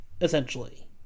essentially